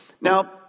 Now